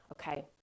okay